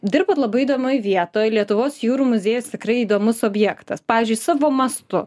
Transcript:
dirbtat labai įdomioj vietoj lietuvos jūrų muziejus tikrai įdomus objektas pavyzdžiui savo mastu